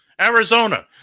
Arizona